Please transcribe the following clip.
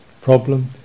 problem